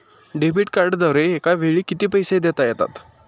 Debit कार्डद्वारे एकावेळी किती पैसे देता येतात?